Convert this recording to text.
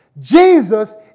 Jesus